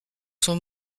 son